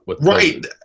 Right